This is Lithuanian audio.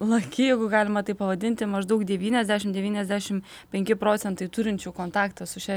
laki jeigu galima taip pavadinti maždaug devyniasdešim devyniasdešim penki procentai turinčių kontaktą su šia